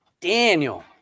Daniel